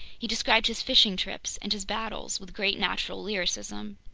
he described his fishing trips and his battles with great natural lyricism.